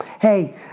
Hey